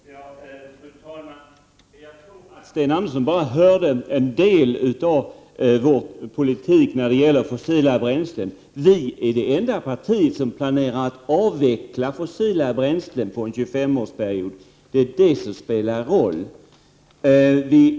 Fru talman! Jag tror att Sten Andersson i Malmö hörde bara en del av vad vi har sagt om vår politik rörande fossila bränslen. Vi är nämligen det enda parti som planerar att avveckla sådana under en 25-årsperiod, och det är det som spelar en roll.